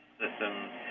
system's